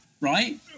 right